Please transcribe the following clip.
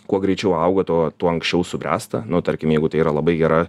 kuo greičiau auga tuo tuo anksčiau subręsta nu tarkim jeigu tai yra labai gera